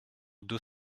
deux